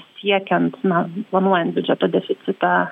siekiant na planuojant biudžeto deficitą